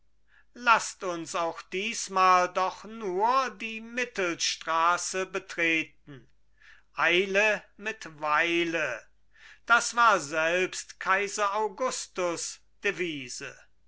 laßt uns auch diesmal doch nur die mittelstraße betreten eile mit weile das war selbst kaiser augustus